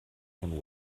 von